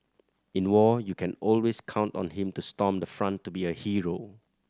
in war you can always count on him to storm the front to be a hero